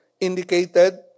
indicated